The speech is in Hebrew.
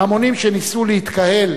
ההמונים שניסו להתקהל